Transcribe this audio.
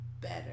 better